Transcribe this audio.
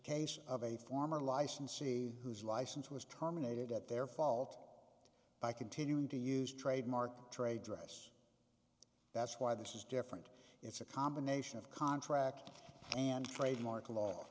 case of a former licensee who's license was terminated at their fault by continuing to use trademark trade dress that's why this is different it's a combination of contract and trademark law